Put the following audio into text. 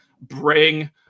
bring